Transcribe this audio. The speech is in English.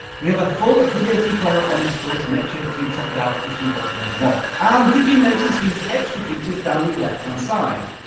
we have a full video tutorial on this tool, so make sure to check it out if you want to know more, and did you notice these extra features down the left-hand side?